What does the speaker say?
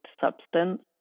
substance